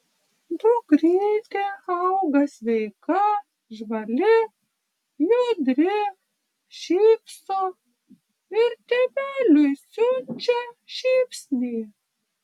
dukrytė auga sveika žvali judri šypso ir tėveliui siunčia šypsnį